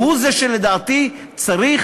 והוא זה שלדעתי צריך,